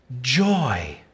joy